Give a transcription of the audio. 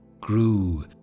grew